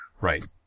Right